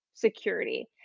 security